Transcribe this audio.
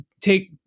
take